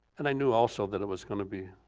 and i knew also that it was gonna be,